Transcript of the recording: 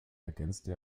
ergänzte